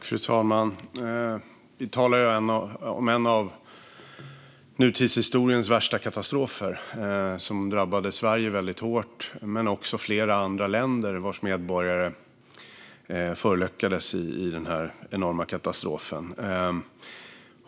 Fru talman! Vi talar om en av nutidshistoriens värsta katastrofer, som drabbade Sverige väldigt hårt men också flera andra länder vars medborgare förolyckades i denna enorma katastrof.